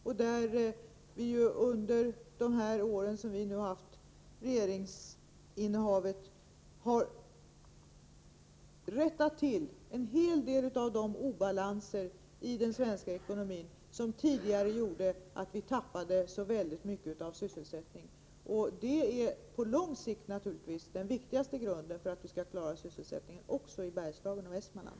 Där har vi under de år som vi nu haft regeringsinnehavet rättat till en hel del av de obalanser i den svenska ekonomin som tidigare gjorde att vi tappade så väldigt mycket av sysselsättning. Det är naturligtvis på lång sikt den viktigaste grunden för att vi skall klara sysselsättningen också i Bergslagen och Västmanland.